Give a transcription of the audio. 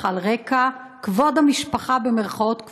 על רקע "כבוד המשפחה" במירכאות כפולות.